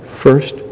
First